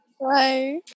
Bye